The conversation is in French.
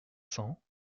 cents